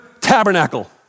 tabernacle